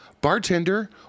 bartender